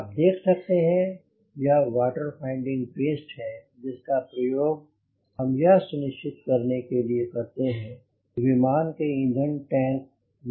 आप देख सकते हैं यह वाटर फाइंडिंग पेस्ट है जिसका प्रयोग हम यह सुनिश्चित करने के लिए करते हैं कि विमान की ईंधन टैंक नमी से मुक्त है